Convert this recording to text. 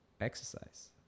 exercise